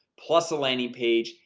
plus a landing page,